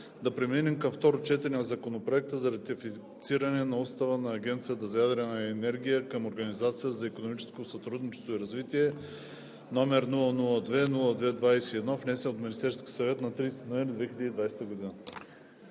да преминем към второ четене на Законопроекта за ратифициране на Устава на Агенцията за ядрена енергия към Организацията за икономическо сътрудничество и развитие, с № 002-02-21, внесен от Министерския съвет на 30 ноември